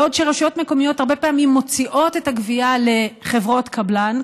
בעוד רשויות מקומיות הרבה פעמים מוציאות את הגבייה לחברות קבלן,